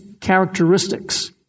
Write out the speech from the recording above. characteristics